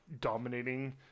dominating